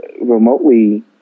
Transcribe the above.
remotely